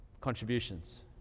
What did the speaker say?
contributions